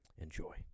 Enjoy